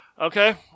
Okay